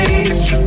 age